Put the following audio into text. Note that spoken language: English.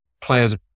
players